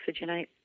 oxygenate